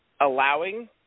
allowing